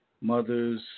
mothers